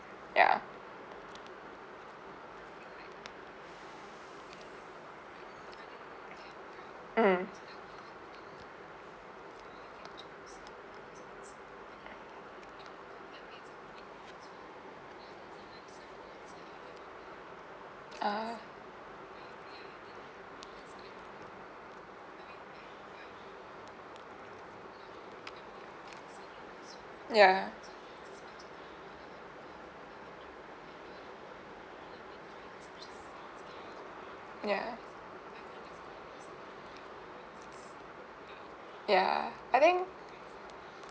ya mmhmm oh mm ya ya ya I think